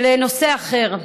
ולנושא אחר.